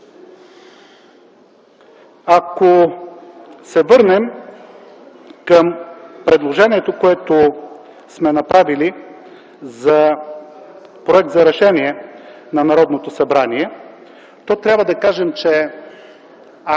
Ако се върнем към предложението, което сме направили като Проект за решение на Народното събрание, трябва да кажем, че ако